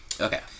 Okay